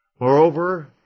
Moreover